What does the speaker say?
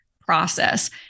process